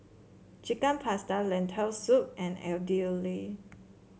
Chicken Pasta Lentil Soup and Idili